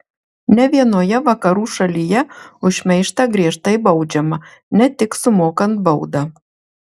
ne vienoje vakarų šalyje už šmeižtą griežtai baudžiama ne tik sumokant baudą